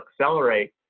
accelerate